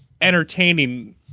entertaining